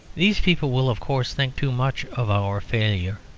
these people will, of course, think too much of our failure,